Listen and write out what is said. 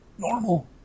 normal